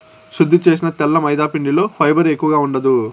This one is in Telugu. శుద్ది చేసిన తెల్ల మైదాపిండిలో ఫైబర్ ఎక్కువగా ఉండదు